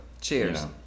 Cheers